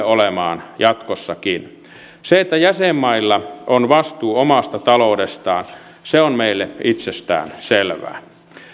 olemaan jatkossakin se että jäsenmailla on vastuu omasta taloudestaan on meille itsestään selvää